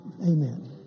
Amen